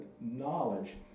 knowledge